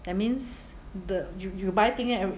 that means the you you buy thing at